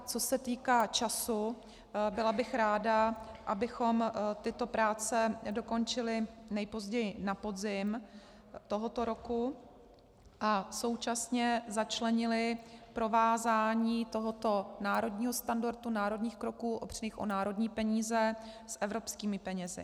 Co se týká času, byla bych ráda, abychom tyto práce dokončili nejpozději na podzim tohoto roku a současně začlenili provázání tohoto národního standardu, národních kroků opřených o národní peníze, s evropskými penězi.